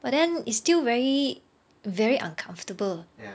but then it's still very very uncomfortable